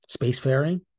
spacefaring